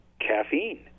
caffeine